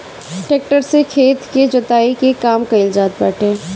tractor से खेत के जोताई के काम कइल जात बाटे